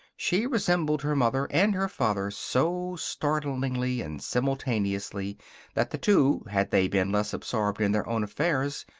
she resembled her mother and her father so startlingly and simultaneously that the two, had they been less absorbed in their own affairs,